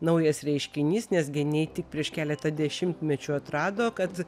naujas reiškinys nes geniai tik prieš keletą dešimtmečių atrado kad